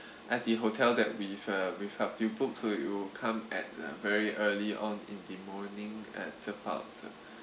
at the hotel that we've uh we've helped you book so it will come at uh very early on in the morning at about